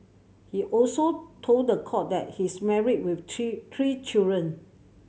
he also told the court that he's married with three children